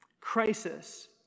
Crisis